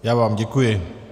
Já vám děkuji.